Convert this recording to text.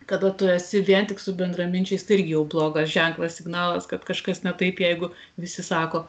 kada tu esi vien tik su bendraminčiais tai irgi jau blogas ženklas signalas kad kažkas ne taip jeigu visi sako